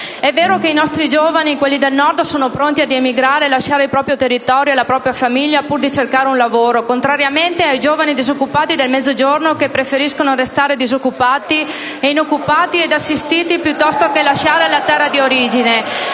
E[]vero che i nostri giovani del Nord sono pronti ad emigrare, a lasciare il proprio territorio e la propria famiglia pur di cercare un lavoro, contrariamente ai giovani disoccupati del Mezzogiorno che preferiscono restare disoccupati, inoccupati ed assistiti piuttosto che lasciare la terra d’origine.